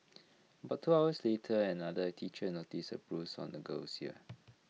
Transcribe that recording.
about two hours later another teacher noticed A bruise on the girl's ear